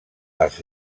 als